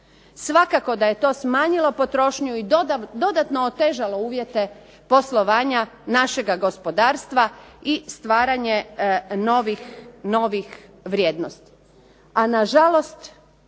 Svakako da je to smanjilo potrošnju i dodatno otežalo uvjete poslovanja našega gospodarstva i stvaranje novih vrijednosti,